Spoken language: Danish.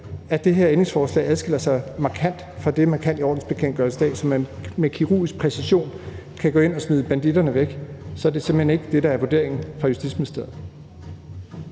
at det her ændringsforslag adskiller sig markant fra det, man kan i ordensbekendtgørelsen i dag, fordi man med kirurgisk præcision kan gå ind og smide banditterne væk, må jeg sige, at det simpelt hen ikke er det, der er vurderingen fra Justitsministeriet.